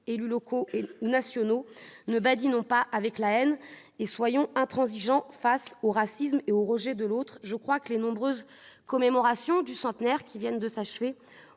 élus locaux ou nationaux, ne badinons pas avec la haine. Soyons intransigeants face au racisme et au rejet de l'autre ! Je crois que les nombreuses commémorations du centenaire qui viennent de s'achever